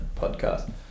podcast